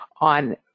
on